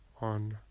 on